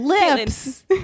Lips